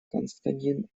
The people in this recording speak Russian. константин